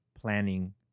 planning